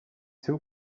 two